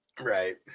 Right